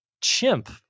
chimp